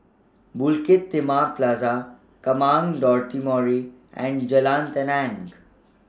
Bukit Timah Plaza and Jalan Tenang